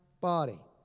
body